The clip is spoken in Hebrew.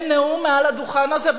אין נאום מעל הדוכן הזה,